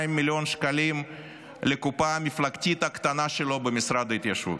מיליון שקלים לקופה המפלגתית הקטנה שלו במשרד ההתיישבות,